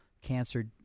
cancer